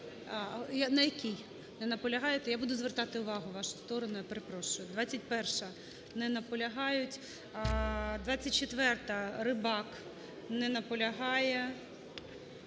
На якій? Не наполягаєте? Я буду звертати увагу в вашу сторону. Я перепрошую. 21-а. Не наполягають. 24-а, Рибак. Не наполягає.